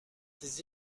ses